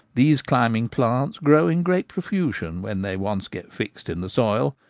these climbing plants grow in great profusion when they once get fixed in the soil,